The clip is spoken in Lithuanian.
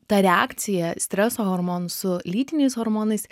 ta reakcija streso hormonų su lytiniais hormonais